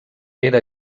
era